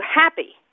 happy